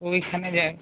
ওইখানে যায়